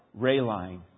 Rayline